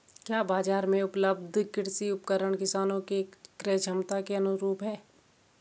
क्या बाजार में उपलब्ध कृषि उपकरण किसानों के क्रयक्षमता के अनुरूप हैं?